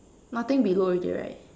nothing below already right